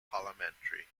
parliamentary